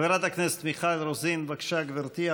חברת הכנסת מיכל רוזין, בבקשה, גברתי.